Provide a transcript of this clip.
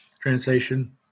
translation